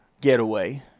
getaway